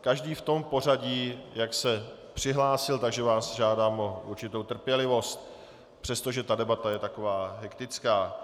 každý v pořadí, jak se přihlásil, takže vás žádám o určitou trpělivost, přestože debata je hektická.